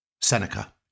Seneca